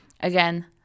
again